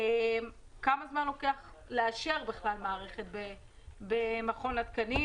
כמה זמן לוקח לאשר מערכת במכון התקנים?